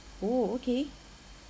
oh okay